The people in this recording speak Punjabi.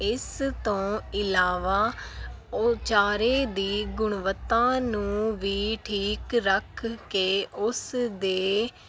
ਇਸ ਤੋਂ ਇਲਾਵਾ ਉਹ ਚਾਰੇ ਦੀ ਗੁਣਵੱਤਾ ਨੂੰ ਵੀ ਠੀਕ ਰੱਖ ਕੇ ਉਸ ਦੇ